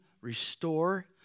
restore